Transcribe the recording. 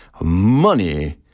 Money